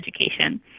education